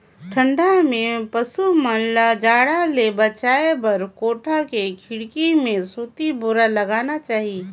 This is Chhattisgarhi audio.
ठंडा में पसु मन ल जाड़ ले बचाये बर कोठा के खिड़की में सूती बोरा लगाना चाही